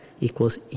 equals